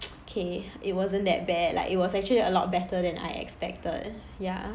okay it wasn't that bad like it was actually a lot better than I expected ya